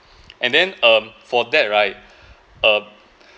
and then um for that right um